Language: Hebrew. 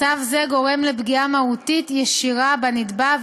מצב זה גורם לפגיעה מהותית ישירה בנתבע,